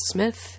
Smith